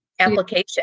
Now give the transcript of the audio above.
application